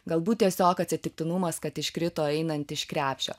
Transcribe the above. galbūt tiesiog atsitiktinumas kad iškrito einant iš krepšio